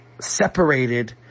separated